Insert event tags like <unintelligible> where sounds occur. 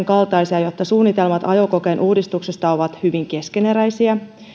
<unintelligible> kaltaisia että suunnitelmat ajokokeen uudistuksesta ovat hyvin keskeneräisiä